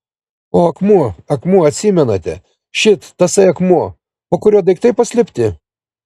o akmuo akmuo atsimenate šit tasai akmuo po kuriuo daiktai paslėpti